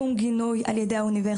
שום גינוי על ידי האוניברסיטה.